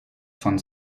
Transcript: von